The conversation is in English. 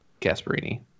Gasparini